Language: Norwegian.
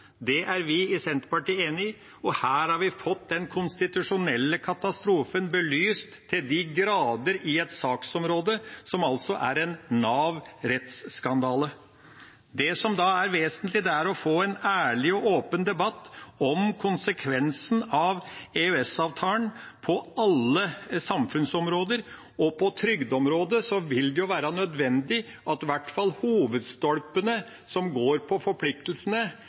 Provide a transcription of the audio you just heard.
Det er vi i Senterpartiet enig i. Her har vi fått den konstitusjonelle katastrofen til de grader belyst i saksområdet som er Nav-rettsskandalen. Det som da er vesentlig, er å få en ærlig og åpen debatt om konsekvensen av EØS-avtalen på alle samfunnsområder. På trygdeområdet vil det være nødvendig at i hvert fall hovedstolpene som går på forpliktelsene,